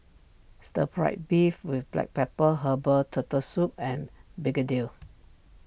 Stir Fried Beef with Black Pepper Herbal Turtle Soup and Begedil